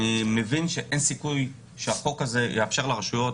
אני מבין שאין סיכוי שהחוק הזה יאפשר לרשויות